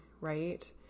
right